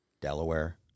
Delaware